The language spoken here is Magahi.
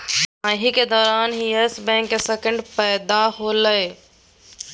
तिमाही के दौरान ही यस बैंक के संकट पैदा होलय